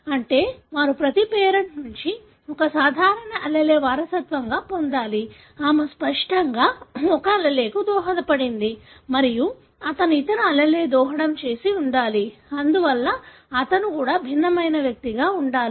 అంటే వారు ప్రతి పేరెంట్ నుండి ఒక సాధారణ allele వారసత్వంగా పొందాలి ఆమె స్పష్టంగా ఒక allele కు దోహదపడింది మరియు అతను ఇతర allele దోహదం చేసి ఉండాలి అందుచేత అతను కూడా భిన్నమైన వ్యక్తిగా ఉండాలి